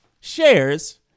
shares